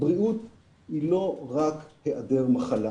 בריאות היא לא רק היעדר מחלה.